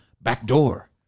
backdoor